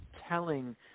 telling